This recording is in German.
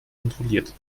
kontrolliert